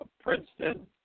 Princeton